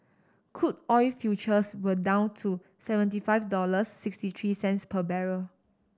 crude oil futures were down to seventy five dollars sixty three cents per barrel